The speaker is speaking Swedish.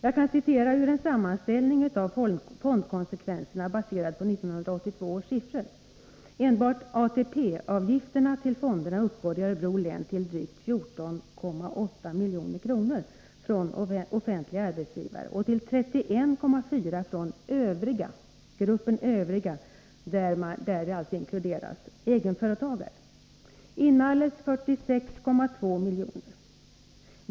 Jag kan referera ur en sammanställning av fondkonsekvenserna, baserad på 1982 års siffror: Enbart ATP-avgifterna till fonderna uppgår i Örebro län till drygt 14,8 milj.kr. från offentliga arbetsgivare och till 31,4 från ”övriga”, där egenföretagare inkluderas. Det blir inalles 46,2 miljoner.